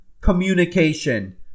Communication